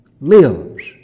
lives